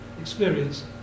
experience